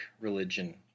religion